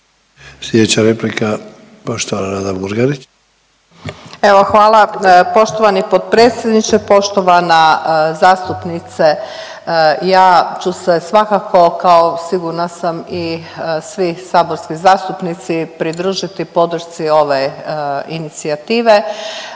Sljedeća replika poštovana Nada Murganić. **Murganić, Nada (HDZ)** Evo hvala poštovani potpredsjedniče, poštovana zastupnice ja ću se svakako kao sigurna sam i svi saborski zastupnici pridružiti podršci ove inicijative,